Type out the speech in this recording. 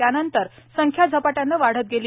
त्यानंतर संख्या झपाट्याने वाढत गेली